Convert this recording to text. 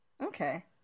Okay